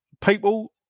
people